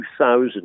2,000